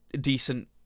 decent